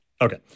Okay